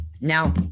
Now